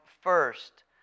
first